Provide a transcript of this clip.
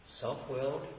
Self-willed